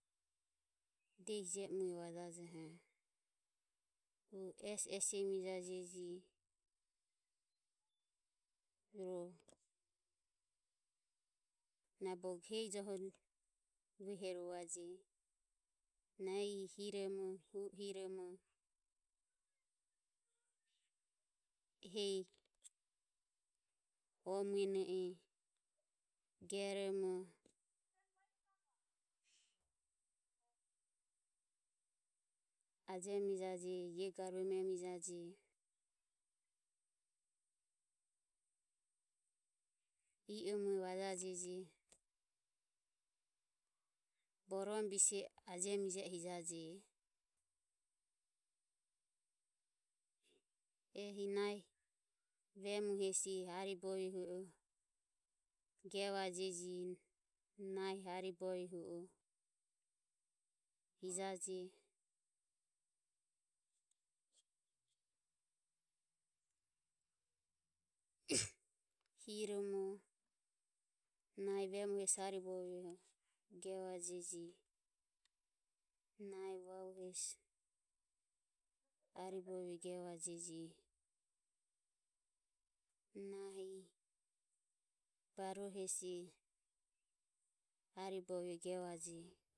Diehi je e mu vajajoho hu esi esiemi jajeje o na bogo hehi johuni uehorovaje na ehi hiromo hu o hiromo hehi o muene geromo ajemijaje ie garue i o mue vajajeje borom bise e ajemije e hijajeje ehi nahi vemu hesi aribovie hu o gevajeje. Nahi ariboviohu o hijajeje hiromo nahi vemu hesi aribovioho gevajeje nahi vavu hesi aribovioho gevajeje nahi barue hesi aribovioho gevajeje.